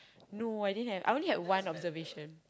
no I didn't had I only had one observation